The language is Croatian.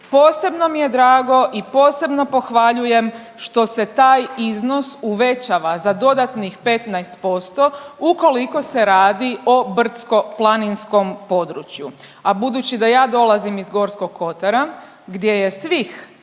Posebno mi je drago i posebno pohvaljujem što se taj iznos uvećava za dodatnih 15% ukoliko se radi o brdsko-planinskom području, a budući da ja dolazim iz Gorskog kotara gdje je svih